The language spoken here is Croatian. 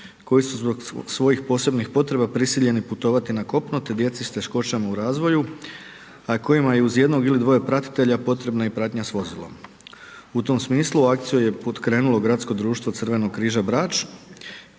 koji su zbog svojih posebnih potreba prisiljeni putovati na kopno te djeci s teškoćama u razvoju a kojima je uz jednog ili dvoje pratitelja potreba i pratnja s vozilom. U tom smislu akciju je pokrenulo Gradsko društvo Crvenog križa Brač,